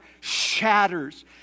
shatters